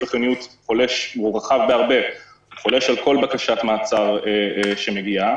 החיוניות הוא רחב בהרבה וחולש על כל בקשת מעצר שמגיעה.